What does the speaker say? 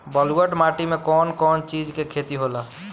ब्लुअट माटी में कौन कौनचीज के खेती होला?